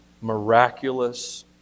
miraculous